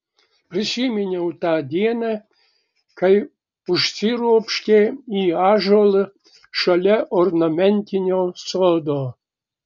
prisiminiau tą dieną kai užsiropštė į ąžuolą šalia ornamentinio sodo